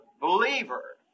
believer